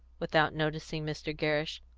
without noticing mr. gerrish,